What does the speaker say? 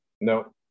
No